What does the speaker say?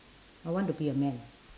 I want to be a man